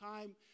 time